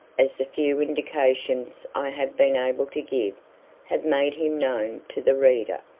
as the few indications i have been able to give have made him known to the reader,